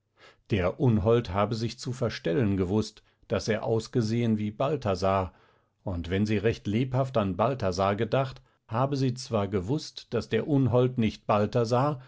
der unhold habe sich zu verstellen gewußt daß er ausgesehen wie balthasar und wenn sie recht lebhaft an balthasar gedacht habe sie zwar gewußt daß der unhold nicht balthasar